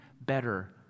better